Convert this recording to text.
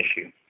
issue